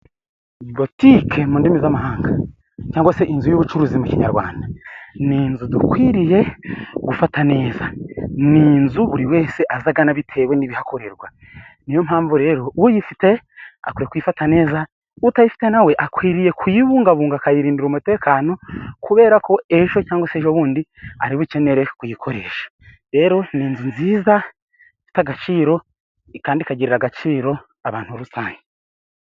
Botike mu ndimi z'amahanga cyangwa se inzu y'ubucuruzi mu ikinyarwanda. Ni inzu dukwiriye gufata neza, ni inzu buri wese aza agana bitewe n'ibihakorerwa niyo mpamvu rero uyifite akwiye kuyifata neza utayifite nawe akwiriye kuyibungabunga akayirindira umutekano kubera ko ejo cyangwa se ejobundi ari bukenere kuyikoresha. Rero ni inzu nziza ifite agaciro kandi ikagira agaciro abantu rusange.